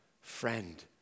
friend